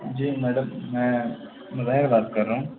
جی madam میں مظاہر بات کر رہا ہوں